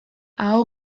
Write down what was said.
aho